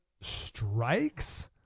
strikes